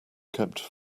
kept